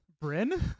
Bryn